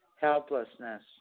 Helplessness